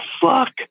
fuck